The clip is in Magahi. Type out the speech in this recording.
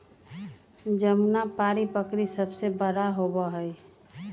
जमुनापारी बकरी सबसे बड़ा होबा हई